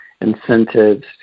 incentives